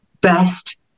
best